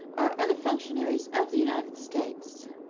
or other functionaries of the united states.